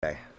Okay